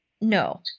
No